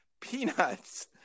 peanuts